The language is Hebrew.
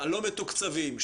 הלא מתוקצבים,